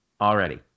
already